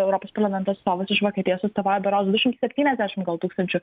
europos parlamento atstovas iš vokietijos atstovauja berods du šimtus septyniasdešim tūkstančių